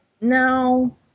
No